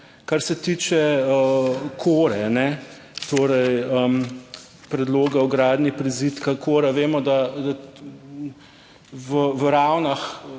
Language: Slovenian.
kar se tiče Kore, torej predloga o gradnji prizidka Kora vemo, da v Ravnah